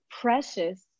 precious